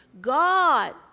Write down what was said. God